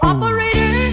Operator